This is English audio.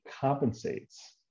compensates